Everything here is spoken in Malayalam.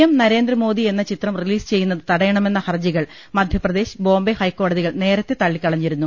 എം നരേന്ദ്രമോദി എന്ന ചിത്രം റിലീസ് ചെയ്യുന്നത് തടയ ണമെന്ന ഹർജികൾ മധ്യപ്രദേശ് ബോംബെ ഹൈക്കോടതികൾ നേരത്തെ തള്ളിക്കളഞ്ഞിരുന്നു